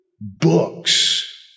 books